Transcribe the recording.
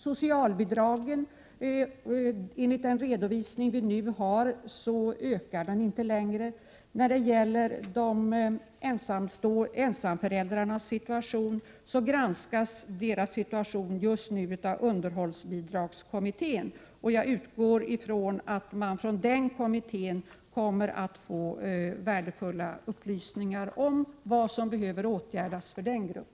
Socialbidragen ökar inte längre, enligt den redovisning jag nu har. Ensamföräldrarnas situation granskas just nu av underhållsbidragskommittén, och jag utgår från att kommittén kommer att ge värdefulla upplysningar om vad som behöver åtgärdas för denna grupp.